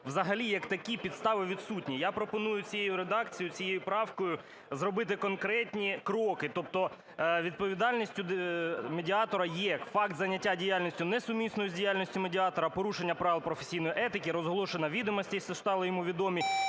взагалі як такі підстави відсутні. Я пропоную цією редакцією, цією правкою зробити конкретні кроки. Тобто відповідальністю медіатора є факт зайняття діяльністю, несумісною з діяльністю медіатора; порушення правил професійної етики; розголошення відомостей, що стали йому відомі;